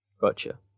Gotcha